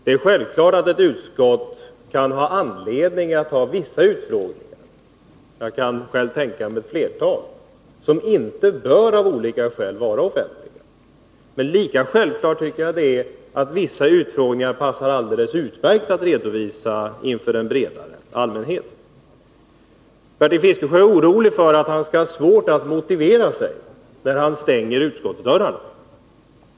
Det är självklart att ett utskott kan ha anledning att ha vissa utfrågningar— jag kan själv tänka mig ett flertal — som av olika skäl inte bör vara offentliga, men lika självklart tycker jag det är att vissa utfrågningar passar alldeles utmärkt att redovisa inför en bredare allmänhet. Bertil Fiskesjö är orolig för att han skall ha svårt att motivera sig när han stänger utskottsdörrarna.